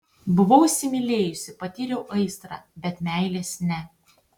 buvau įsimylėjusi patyriau aistrą bet meilės ne